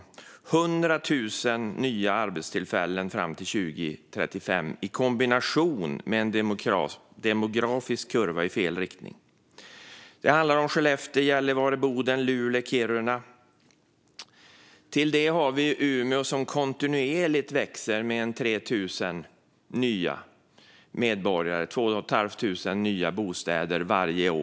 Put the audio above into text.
Det handlar om 100 000 nya arbetstillfällen fram till 2035 i kombination med en demografisk kurva i fel riktning. Det handlar om Skellefteå, Gällivare, Boden, Luleå och Kiruna. Till detta kommer Umeå, som kontinuerligt växer med 3 000 nya invånare och 2 500 nya bostäder varje år.